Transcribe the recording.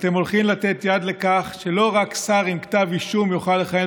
אתם הולכים לתת יד לכך שלא רק שר עם כתב אישום יוכל לכהן